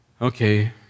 Okay